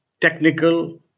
technical